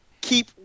keep